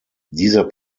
dieser